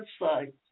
website